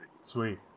Sweet